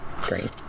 green